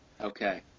Okay